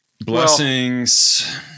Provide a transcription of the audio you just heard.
Blessings